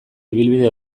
ibilbide